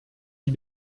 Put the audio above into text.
had